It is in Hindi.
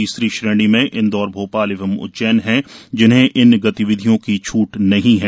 तीसरी श्रेणी में इंदौर भोपाल एवं उज्जैन हैं जिन्हें इन गतिविधियों की छूट नहीं है